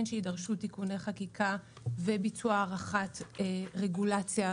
שיידרשו תיקוני חקיקה וביצוע הערכת רגולציה,